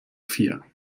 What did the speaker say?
vier